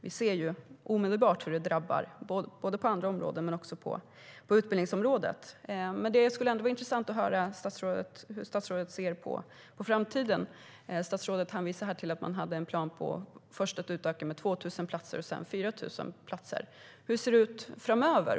Vi ser omedelbart hur det drabbar både på utbildningsområdet och på andra områden. Det skulle ändå vara intressant att höra hur statsrådet ser på framtiden. Statsrådet hänvisar här till att man hade en plan på att utöka med först 2 000 platser och sedan 4 000 platser. Hur ser det ut framöver?